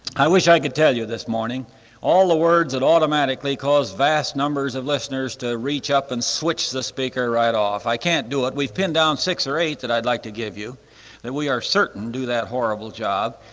i wish i could tell you this morning all the words that automatically cause vast numbers of listeners to reach up and switch the speaker right of f i can't do it. we've pinned down six or eight that i'd like to give you that we are certain do that horrible job.